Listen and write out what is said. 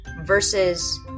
versus